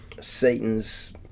Satan's